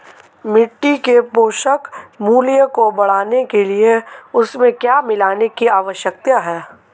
मिट्टी के पोषक मूल्य को बढ़ाने के लिए उसमें क्या मिलाने की आवश्यकता है?